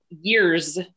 years